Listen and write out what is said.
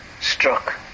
struck